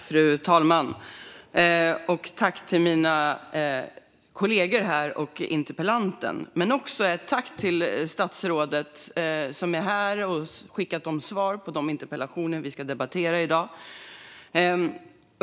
Fru talman! Tack till mina kollegor och till interpellanten samt till statsrådet, som är här och ger oss svar på de interpellationer vi ska debattera i dag.